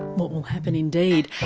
what will happen indeed,